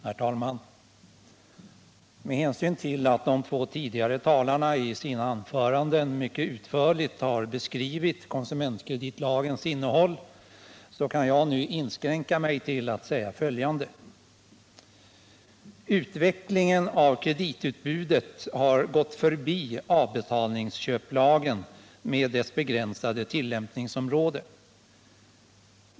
Herr talman! Med hänsyn till att de två tidigare talarna i sina anföranden mycket utförligt har beskrivit konsumentkreditlagens innehåll kan jag nu inskränka mig till att säga följande: Utvecklingen av kreditutbudet har gått förbi avbetalningsköplagen med dess begränsade tillämpningsområde.